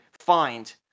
find